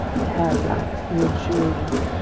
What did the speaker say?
the hair black and luxuriant,